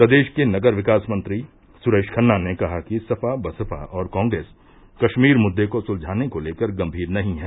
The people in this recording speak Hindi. प्रदेश के नगर विकास मंत्री सुरेश खन्ना ने कहा है कि सपा बसपा और कॉप्रेस कश्मीर मुद्दे को सुलझाने को लेकर गम्मीर नही है